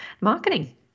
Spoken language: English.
marketing